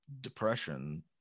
depression